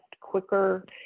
quicker